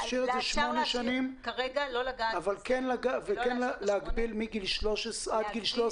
בגיל שמונה שנים אבל כן להגביל כך שעד גיל 13